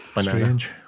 strange